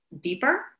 deeper